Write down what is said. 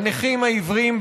הנכים העיוורים,